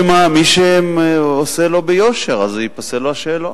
פסילה, מי שעושה לא ביושר, אז ייפסל לו השאלון.